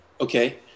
Okay